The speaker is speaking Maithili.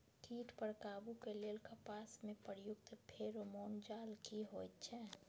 कीट पर काबू के लेल कपास में प्रयुक्त फेरोमोन जाल की होयत छै?